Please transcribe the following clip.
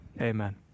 Amen